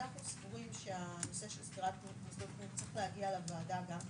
אנחנו סבורים שהנושא של סגירת מוסדות חינוך צריך להגיע לוועדה גם כן,